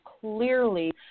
clearly